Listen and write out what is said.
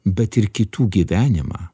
bet ir kitų gyvenimą